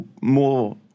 more